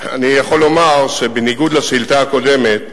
אני יכול לומר שבניגוד לשאילתא הקודמת,